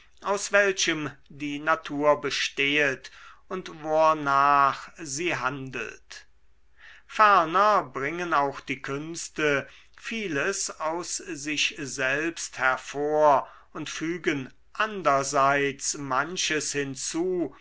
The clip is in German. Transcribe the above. aus welchem die natur bestehet und wornach sie handelt ferner bringen auch die künste vieles aus sich selbst hervor und fügen anderseits manches hinzu